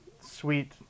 sweet